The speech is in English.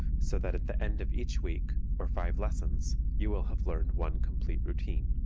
so that at the end of each week, or five lessons, you will have learned one complete routine.